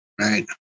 Right